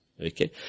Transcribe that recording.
Okay